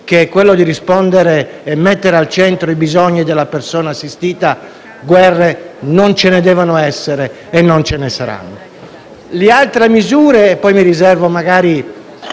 che è quella di rispondere e mettere al centro i bisogni della persona assistita, guerre non ce ne devono essere e non ce ne saranno. Mi soffermo quindi sulle altre